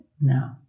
now